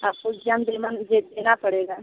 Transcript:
आपको इग्ज़ाम दिलवा दे देना पड़ेगा